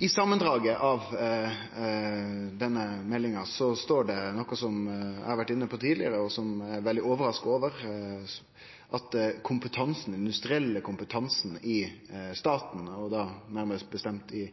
I samandraget av denne meldinga står det noko som eg har vore inne på tidlegare, og som eg er veldig overraska over, at den industrielle kompetansen i staten, nærmare bestemt i